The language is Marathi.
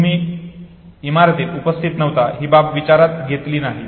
तुम्ही इमारतीत उपस्थित नव्हता ही बाब विचारात घेतली जात नाही